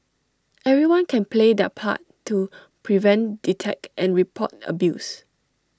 everyone can play their part to prevent detect and report abuse